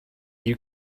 you